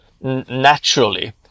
naturally